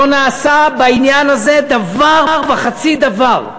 לא נעשה בעניין הזה דבר וחצי דבר,